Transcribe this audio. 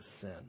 sin